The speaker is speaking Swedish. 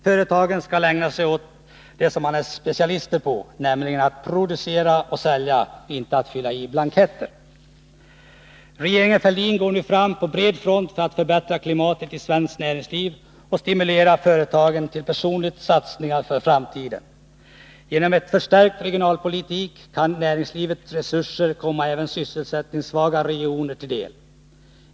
Företagarna skall ägna sig åt det som de är specialister på, nämligen att producera och sälja, inte att fylla i blanketter. Regeringen Fälldin går nu fram på bred front för att förbättra klimatet i svenskt näringsliv och för att stimulera företagarna till personliga satsningar för framtiden. Genom en förstärkt regionalpolitik kan näringslivets resurser komma även sysselsättningssvaga regioner till del.